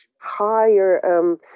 higher